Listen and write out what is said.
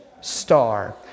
star